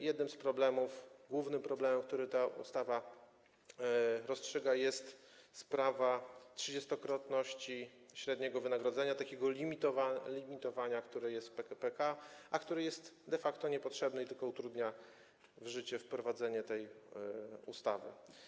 Jednym z problemów, głównym problemem, który ta ustawa rozstrzyga, jest sprawa trzydziestokrotności średniego wynagrodzenia, takiego limitowania, które jest w PPK, a które jest de facto niepotrzebne i tylko utrudnia wprowadzenie w życie tej ustawy.